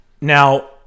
Now